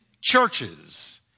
churches